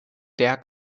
der